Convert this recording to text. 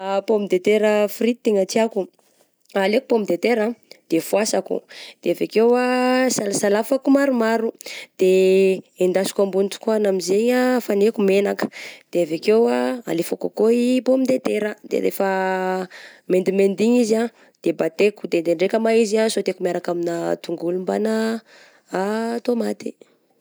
Ah pomme de tera frity tegna tiako, alaiko pomme de terre ah de voasako de avy akeo ah salasalafako maromaro, de endasiko ambony tokoagna amizay ah, afagnaiko menaka, de avy akeo ah alefa akao i pomme de tera de rehefa mendimendy igny izy ah, de bataiko de ndraindraika ma izy ah sôteko miaraka amigna tongolo mbana tômaty.